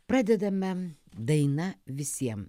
pradedame daina visiem